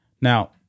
Now